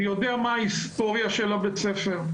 אני יודע מה ההיסטוריה של בית הספר.